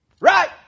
Right